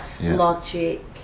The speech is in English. logic